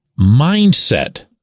mindset